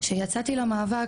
כשיצאתי למאבק,